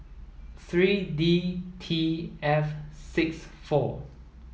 three D T F six four